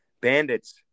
bandits